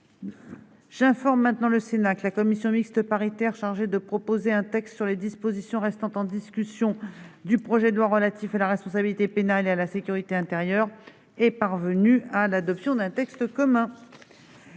J'informe le Sénat que la commission mixte paritaire chargée de proposer un texte sur les dispositions restant en discussion du projet de loi relatif à la responsabilité pénale et à la sécurité intérieure est parvenue à l'adoption d'un texte commun.